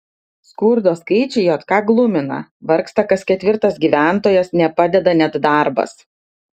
skurdo skaičiai jk glumina vargsta kas ketvirtas gyventojas nepadeda net darbas